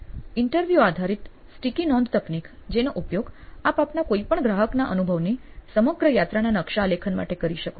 interview આધારિત sticky નોંધ તકનીક જેનો ઉપયોગ આપ આપના કોઈપણ ગ્રાહકના અનુભવની સમગ્ર યાત્રાના નકશા આલેખન માટે કરી શકો છો